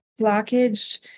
blockage